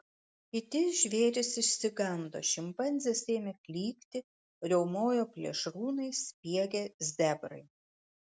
kiti žvėrys išsigando šimpanzės ėmė klykti riaumojo plėšrūnai spiegė zebrai